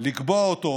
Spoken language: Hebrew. לקבוע אותו